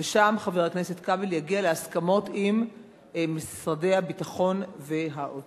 ושם חבר הכנסת כבל יגיע להסכמות עם משרדי הביטחון והאוצר.